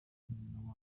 nyina